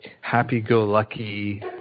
happy-go-lucky